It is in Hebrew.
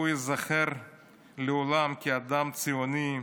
הוא ייזכר לעולם כאדם ציוני,